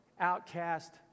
outcast